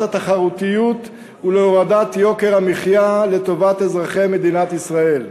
התחרותיות ולהורדת יוקר המחיה לטובת אזרחי מדינת ישראל.